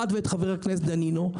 ואת חבר הכנסת דנינו.